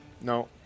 no